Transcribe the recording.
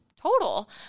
total